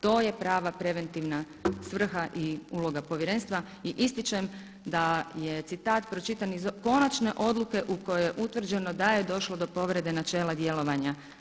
To je prava preventivna svrha i uloga povjerenstva i ističem da je citat pročitan iz konačne odluke u kojoj je utvrđeno da je došlo do povrede načela djelovanja.